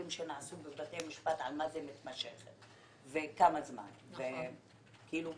של בית משפט לגבי כמה זמן זה נחשב מתמשך ומה זה אומר.